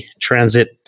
transit